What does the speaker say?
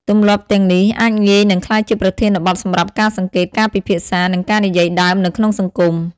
ទម្លាប់ទាំងនេះអាចងាយនឹងក្លាយជាប្រធានបទសម្រាប់ការសង្កេត ការពិភាក្សា និងការនិយាយដើមនៅក្នុងសង្គម។